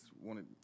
wanted